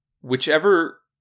whichever